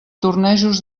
tornejos